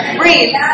breathe